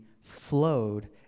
flowed